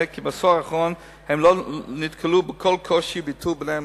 כי בעשור האחרון הם לא נתקלו בכל קושי באיתור בני משפחה.